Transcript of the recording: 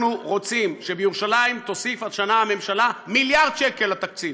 אנחנו רוצים שבירושלים תוסיף השנה הממשלה מיליארד שקל לתקציב.